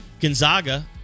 Gonzaga